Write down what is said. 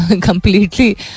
completely